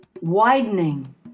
widening